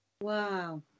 Wow